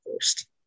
first